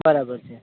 બરાબર છે